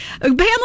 Pamela